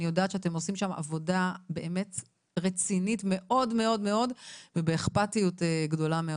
אני יודעת שאתם עושים שם עבודה באמת רצינית מאוד ובאכפתיות גדולה מאוד,